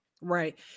Right